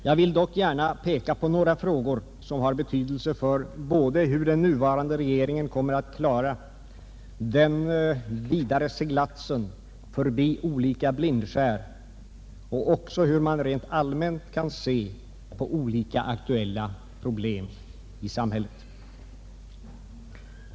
Jag vill dock gärna ta upp några aktuella frågor som är av betydelse för den nuvarande regeringen när den skall försöka klara den vidare seglatsen förbi olika blindskär.